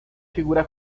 figura